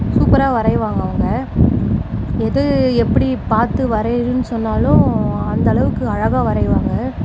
சூப்பராக வரையுவாங்க அவங்க எது எப்படி பார்த்து வரையிறேன் சொன்னாலும் அந்தளவுக்கு அழகாக வரையுவாங்க